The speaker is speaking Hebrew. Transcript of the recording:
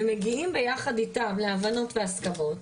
ומגיעים ביחד איתם להבנות והסכמות,